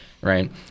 right